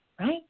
Right